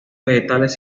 vegetales